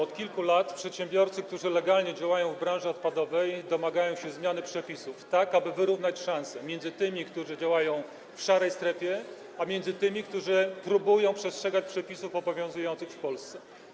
Od kilku lat przedsiębiorcy, którzy legalnie działają w branży odpadowej, domagają się zmiany przepisów, tak aby wyrównać szanse między tymi, którzy działają w szarej strefie, a tymi, którzy próbują przestrzegać przepisów obowiązujących w Polsce.